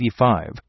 1985